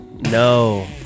No